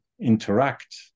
interact